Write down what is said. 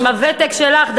עם הוותק שלך,